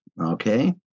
okay